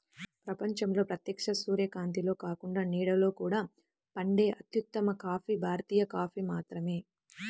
ప్రపంచంలో ప్రత్యక్ష సూర్యకాంతిలో కాకుండా నీడలో కూడా పండే అత్యుత్తమ కాఫీ భారతీయ కాఫీ మాత్రమే